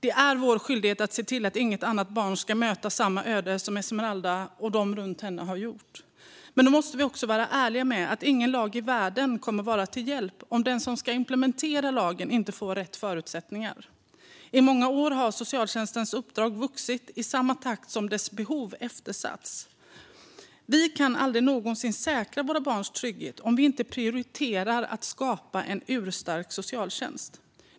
Det är vår skyldighet att se till att inget annat barn möter samma öde som Esmeralda och de runt henne har gjort. Men då måste vi också vara ärliga med att ingen lag i världen kommer att vara till hjälp om den som ska implementera lagen inte får rätt förutsättningar. I många år har socialtjänstens uppdrag vuxit i samma takt som dess behov har eftersatts. Vi kan aldrig någonsin säkra våra barns trygghet om vi inte prioriterar att skapa en urstark socialtjänst.